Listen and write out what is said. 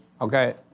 okay